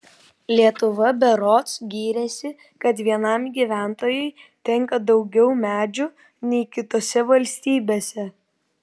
lietuva berods gyrėsi kad vienam gyventojui tenka daugiau medžių nei kitose valstybėse